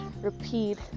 repeat